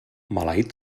maleït